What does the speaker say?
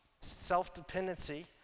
self-dependency